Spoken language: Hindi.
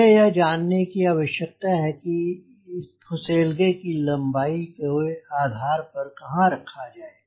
मुझे यह जानने की आवश्यकता है कि इसे फुसेलगे की लम्बाई के आधार पर कहाँ रखा जाये